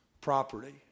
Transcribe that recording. property